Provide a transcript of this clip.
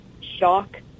shock